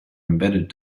embedded